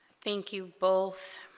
thank you both